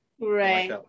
right